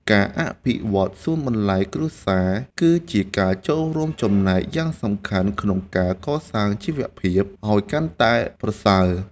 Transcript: ការអភិវឌ្ឍសួនបន្លែគ្រួសារ គឺជាការចូលរួមចំណែកយ៉ាងសំខាន់ក្នុងការកសាងជីវភាពឱ្យកាន់តែប្រសើរ។